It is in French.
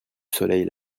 soleil